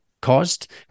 caused